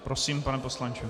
Prosím, pane poslanče.